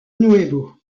nuevo